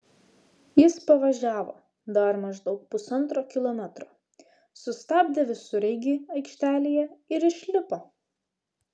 jis pavažiavo dar maždaug pusantro kilometro sustabdė visureigį aikštelėje ir išlipo